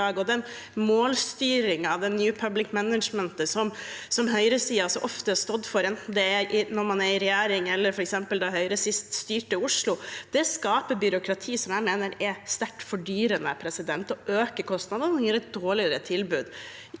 Den målstyringen, «New Public Management», som høyresiden så ofte har stått for, enten når man er i regjering, eller f.eks. da Høyre sist styrte Oslo, skaper byråkrati, som jeg mener er sterkt fordyrende. Det øker kostnadene og gir et dårligere tilbud.